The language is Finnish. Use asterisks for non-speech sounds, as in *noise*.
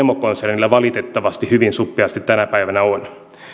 *unintelligible* emokonsernilla valitettavasti hyvin suppeasti tänä päivänä on